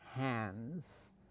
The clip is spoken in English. hands